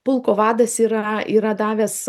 pulko vadas yra yra davęs